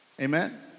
Amen